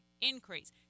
increase